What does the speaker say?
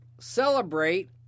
celebrate